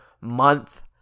month